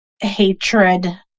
hatred